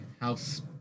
House